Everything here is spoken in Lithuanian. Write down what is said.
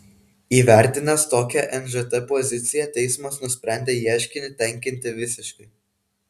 įvertinęs tokią nžt poziciją teismas nusprendė ieškinį tenkinti visiškai